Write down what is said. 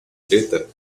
preta